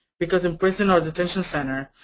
because in prison or detention center,